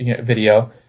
video